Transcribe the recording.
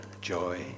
joy